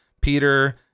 Peter